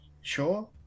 Sure